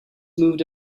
moved